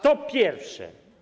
To pierwsze.